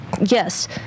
Yes